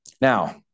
Now